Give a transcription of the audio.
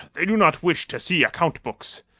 they do not wish to see account-books.